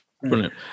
brilliant